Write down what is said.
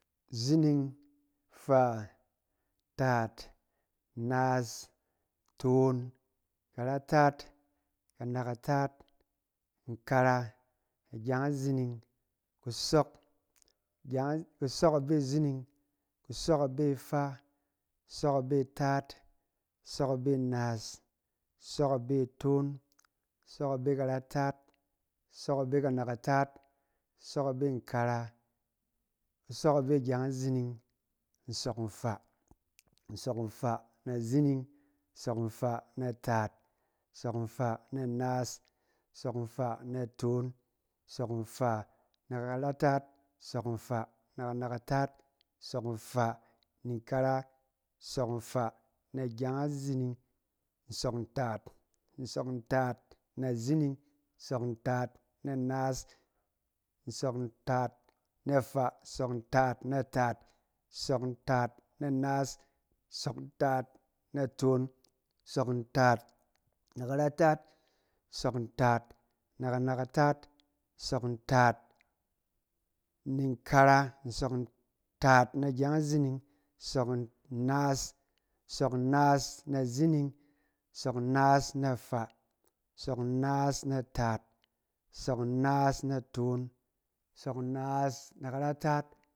Zining, faa, taat, naas, toon, karataat, kanakataat, nkara, agyeng azining, kusok, gyeng a-, kusok abe zining, kusok abe faa, kusɔk abe taat, kusɔk abe naas, kusɔk abe toon, kusɔk abe karataat, kusɔk abe kanakataat, kusɔk abe nkara, kusɔk abe gyeng azining, nsɔk nfaa, nsɔk nfa na zining, nsɔk nfaa na faa, nsɔk nfaa na taat, nsɔk nfaa na naas, nsɔk nfaa na toon, nsɔk nfaa na karataat, nsɔk nfaa na kanakataat, nsɔk nfaa ni nkara, nsɔk nfaa na gyeng azining, nsɔk ntaat, nsɔk ntaat na zining, nsɔk ntaat na naas, nsɔk ntaat na faa, nsɔk ntaat na taat, nsɔk ntaat na naas, nsɔk ntaat na toon, nsɔk ntaat na karataat, nsɔk ntaat na kanakataat, nsɔk ntaat ni nkara, nsɔk ntaat na gyeng azining, nsɔk nnaas, nsɔk nnaas na zining, nsɔk nnaas na faa, nsɔk nnaas na taat, nsɔk nnaas na toon, nsɔk nnaas na karataat,